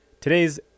Today's